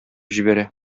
җибәрә